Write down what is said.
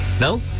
No